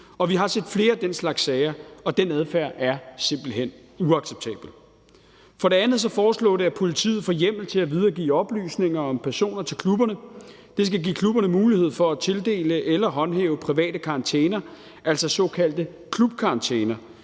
Vi har set flere af den slags sager, og den adfærd er simpelt hen uacceptabel. For det andet foreslås det, at politiet får hjemmel til at videregive oplysninger om personer til klubberne. Det skal give klubberne mulighed for at tildele eller håndhæve private karantæner, altså såkaldte klubkarantæner,